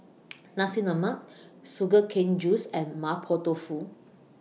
Nasi Lemak Sugar Cane Juice and Mapo Tofu